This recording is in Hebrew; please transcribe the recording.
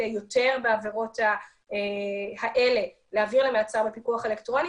יותר בעבירות האלה להעביר למעצר בפיקוח אלקטרוני.